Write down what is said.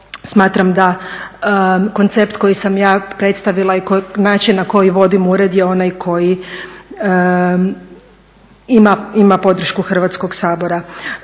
smatram da koncept koji sam ja predstavila i način na koji vodim ured je onaj koji ima podršku Hrvatskog sabora.